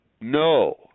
No